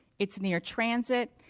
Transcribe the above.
it's near transit,